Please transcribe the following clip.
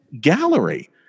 Gallery